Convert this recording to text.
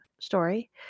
story